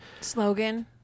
Slogan